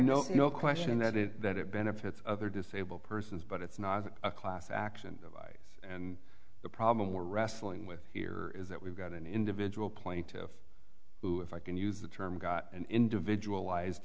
no no question that it that it benefits other disabled persons but it's not a class action advice and the problem we're wrestling with here is that we've got an individual plaintiff who if i can use the term got an individualized